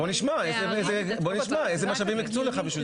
בוא נשמע איזה משאבים יקצו לך בשביל